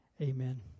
Amen